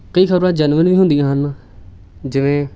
ਕਈ ਖਬਰਾਂ ਜੈਨੀਉਨ ਵੀ ਹੁੰਦੀਆਂ ਹਨ ਜਿਵੇਂ